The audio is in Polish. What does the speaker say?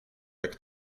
jak